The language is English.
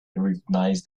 recognize